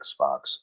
Xbox